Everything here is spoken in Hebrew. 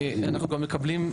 אנחנו מקבלים,